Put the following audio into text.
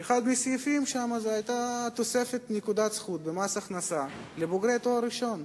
שאחד מהסעיפים בו הוא תוספת נקודת זכות במס הכנסת לבוגרי תואר ראשון.